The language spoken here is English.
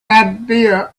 idea